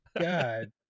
god